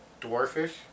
dwarfish